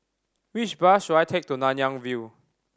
which bus should I take to Nanyang View